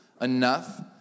enough